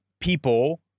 people